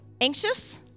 anxious